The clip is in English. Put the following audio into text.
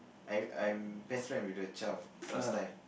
I'm I'm best friend with the child last time